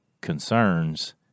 concerns